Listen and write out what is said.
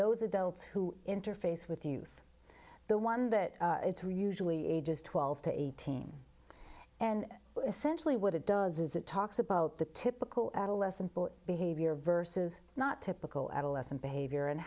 those adults who interface with youth the one that really ages twelve to eighteen and essentially what it does is it talks about the typical adolescent behavior versus not typical adolescent behavior and